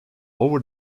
over